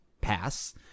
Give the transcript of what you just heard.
pass